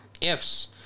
ifs